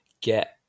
get